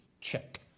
check